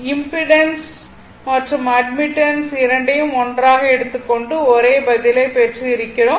impedance மற்றும் admittance இரண்டையும் ஒன்றாக எடுத்துக் கொண்டு ஒரே பதிலைப் பெற்று இருக்கிறோம்